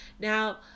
Now